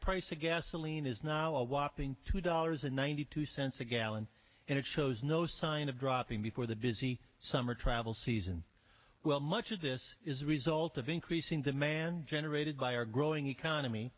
price of gasoline is now a whopping two dollars and ninety two cents a gallon and it shows no sign of dropping before the busy summer travel season well much of this is a result of increasing demand generated by our growing economy